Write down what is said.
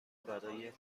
برای